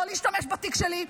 לא להשתמש בתיק שלי,